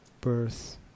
birth